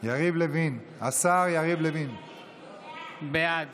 לוין, בעד